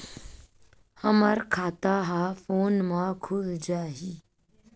हमर खाता ह फोन मा खुल जाही?